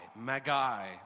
magai